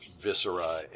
viscera